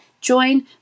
join